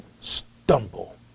stumble